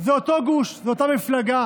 הוא אותו גוש, הוא אותה מפלגה.